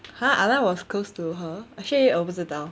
!huh! was close to her actually 我不知道